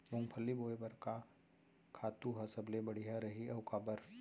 मूंगफली बोए बर का खातू ह सबले बढ़िया रही, अऊ काबर?